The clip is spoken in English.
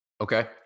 Okay